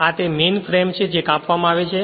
અને આ તે મેઇનફ્રેમ છે જે કાપવામાં આવે છે